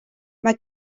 mae